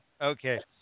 Okay